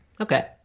okay